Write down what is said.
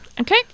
Okay